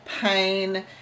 pain